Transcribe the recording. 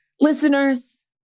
listeners